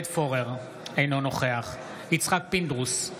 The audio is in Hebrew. אינו נוכח יצחק פינדרוס,